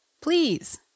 please